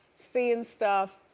seeing stuff.